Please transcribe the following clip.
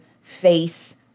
face